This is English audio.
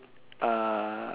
uh